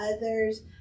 others